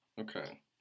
Okay